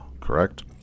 correct